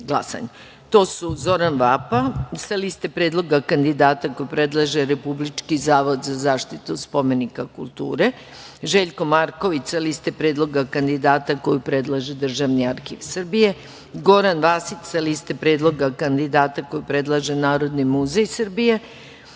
To su Zoran Vapa, sa liste predloga kandidata koji predlaže Republički zavod za zaštitu spomenika kulture, Željko Marković sa liste predloga kandidata koju predlaže Državni arhiv Srbije, Goran Vasić sa liste predloga kandidata koji predlaže Narodni muzej Srbije,